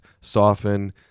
soften